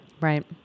Right